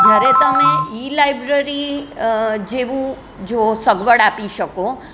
જ્યારે તમે e library જેવું જો સગવડ આપી શકો